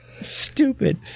stupid